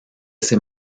ese